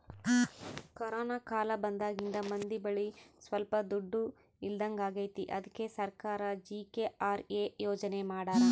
corona ಕಾಲ ಬಂದಾಗಿಂದ ಮಂದಿ ಬಳಿ ಸೊಲ್ಪ ದುಡ್ಡು ಇಲ್ದಂಗಾಗೈತಿ ಅದ್ಕೆ ಸರ್ಕಾರ ಜಿ.ಕೆ.ಆರ್.ಎ ಯೋಜನೆ ಮಾಡಾರ